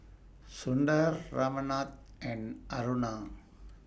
Sundar Ramnath and Aruna